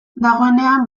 dagoenean